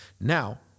Now